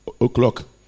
o'clock